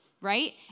right